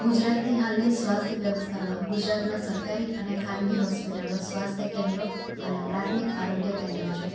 ગુજરાતની હાલની સ્વાસ્થ્ય વ્યવસ્થામાં ગુજરાતમાં સરકારી અને ખાનગી હોસ્પિટલો અને સ્વાસ્થ્ય કેન્દ્રો અને પ્રાથમિક આરોગ્ય કેન્દ્રો છે